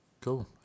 cool